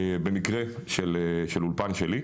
במקרה של אולפן שלי.